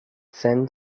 sen